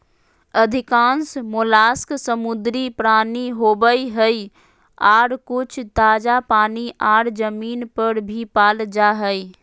अधिकांश मोलस्क समुद्री प्राणी होवई हई, आर कुछ ताजा पानी आर जमीन पर भी पाल जा हई